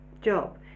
job